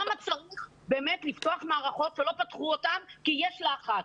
למה צריך לפתוח מערכות שלא פתחו אותן כי יש לחץ?